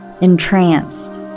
entranced